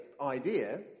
idea